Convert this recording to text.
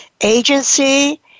agency